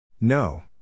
No